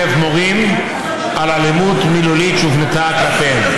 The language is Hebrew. מורים על אלימות מילולית שהופנתה כלפיהם,